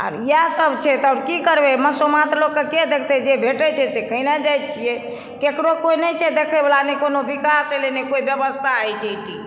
आब इएह सब छै की करबै मसोमात लोक कए के देखतै जे भेटै छै से खेने जाइ छीयै केकरो कोइ नहि छै देख़य वला नहि कोनो विकास भेलय नहि कोइ व्यवस्था होइ छै ठीक